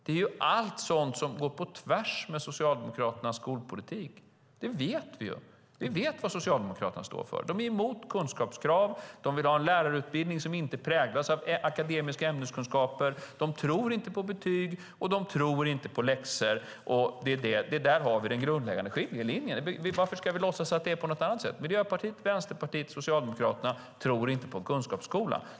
Det är allt sådant som går på tvärs med Socialdemokraternas skolpolitik. Det vet vi. Vi vet vad Socialdemokraterna står för. De är emot kunskapskrav. De vill ha en lärarutbildning som inte präglas av akademiska ämneskunskaper. De tror inte på betyg, och de tror inte på läxor. Där har vi den grundläggande skiljelinjen. Varför ska vi låtsas att det är på något annat sätt? Miljöpartiet, Vänsterpartiet och Socialdemokraterna tror inte på kunskapsskolan.